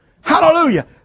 Hallelujah